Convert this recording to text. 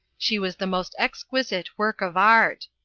she was the most exquisite work of art!